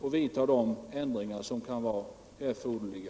och vidta de ändringar som kan vara erforderliga.